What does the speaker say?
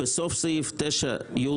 בסוף סעיף 9י3,